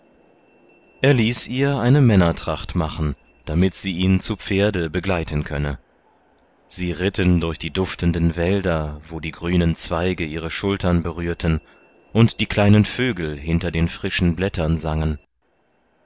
er ließ ihr eine männertracht machen damit sie ihn zu pferde begleiten könne sie ritten durch die duftenden wälder wo die grünen zweige ihre schultern berührten und die kleinen vögel hinter den frischen blättern sangen